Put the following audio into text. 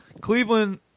Cleveland